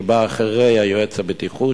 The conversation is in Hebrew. שבאה אחרי יועץ הבטיחות,